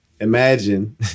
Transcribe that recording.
imagine